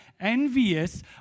envious